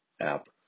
app